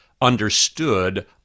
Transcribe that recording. understood